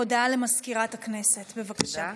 הודעה למזכירת כנסת, בבקשה.